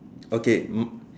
okay um